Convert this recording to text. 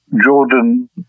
Jordan